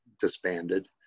disbanded